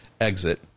exit